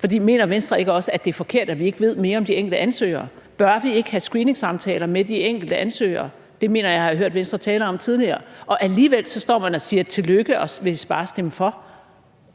For mener Venstre ikke også, at det er forkert, at vi ikke ved mere om de enkelte ansøgere? Bør vi ikke have screeningssamtaler med de enkelte ansøgere? Det mener jeg jeg har hørt Venstre tale om tidligere. Og alligevel står man og siger tillykke og vil bare stemme for.